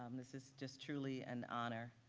um this is just truly an honor.